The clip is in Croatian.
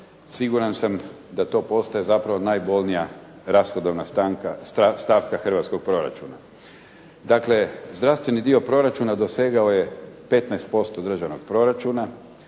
Siguran sam da to postaje zapravo najbolnija rashodovna stavka hrvatskog proračuna. Dakle, zdravstveni dio proračuna dosegao je 15% državnog proračuna